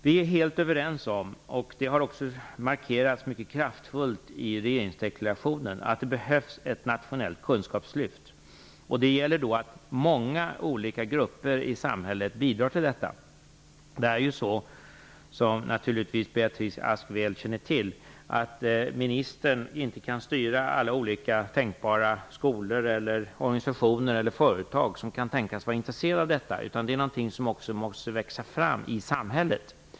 Vi är helt överens om, vilket också mycket kraftfullt har markerats i regeringsdeklarationen, att det behövs ett nationellt kunskapslyft. Det gäller då att många olika grupper i samhället bidrar till detta. Som Beatrice Ask väl känner till kan ju inte en minister styra alla olika tänkbara skolor, organisationer och företag som kan tänkas vara intresserade av detta. Det är något som också måste växa fram i samhället.